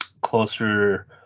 closer